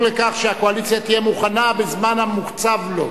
לכך שהקואליציה תהיה מוכנה בזמן המוקצב לו.